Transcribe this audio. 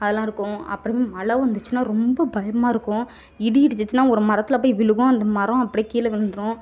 அதெலாம் இருக்கும் அப்புறம் மழ வந்துச்சுன்னா ரொம்ப பயமாக இருக்கும் இடி இடிச்சிச்சுனா ஒரு மரத்தில் போய் விழுகும் அந்த மரம் அப்படியே கீழே விழுந்துவிடும்